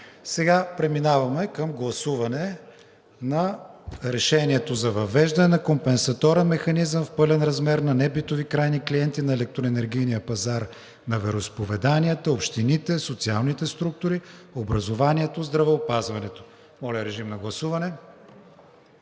Преминаваме към гласуване на Решението за въвеждане на компенсаторен механизъм в пълен размер на небитови крайни клиенти на електроенергийния пазар на вероизповеданията, общините, социалните структури, образованието, здравеопазването. Колегата онлайн